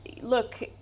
Look